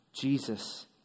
Jesus